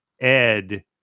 Ed